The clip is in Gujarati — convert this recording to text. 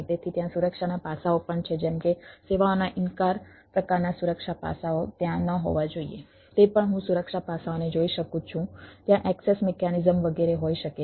તેથી ત્યાં સુરક્ષાના પાસાઓ પણ છે જેમ કે સેવાઓના ઇનકાર પ્રકારનાં સુરક્ષા પાસાઓ ત્યાં ન હોવા જોઈએ તે પણ હું સુરક્ષા પાસાઓને જોઈ શકું છું ત્યાં એક્સેસ મિકેનિઝમ વગેરે હોઈ શકે છે